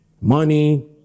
money